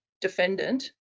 defendant